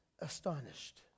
astonished